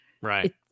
right